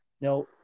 Now